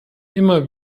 immer